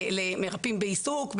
למרפאים בעיסוק,